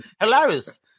hilarious